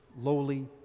lowly